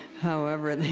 however,